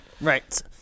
right